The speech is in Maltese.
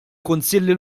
kunsilli